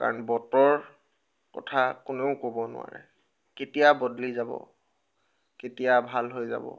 কাৰণ বতৰৰ কথা কোনেও ক'ব নোৱাৰে কেতিয়া বদলি যাব কেতিয়া ভাল হৈ যাব